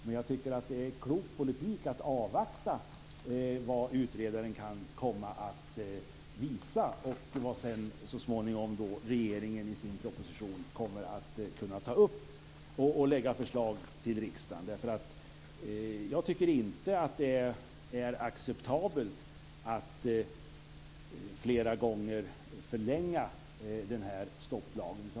Men jag tycker att det är klok politik att avvakta vad utredaren kan komma att visa och vad regeringen så småningom i sin proposition kommer att kunna ta upp och lägga fram förslag om till riksdagen. Jag tycker inte att det är acceptabelt att flera gånger förlänga stopplagen.